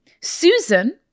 Susan